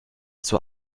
zur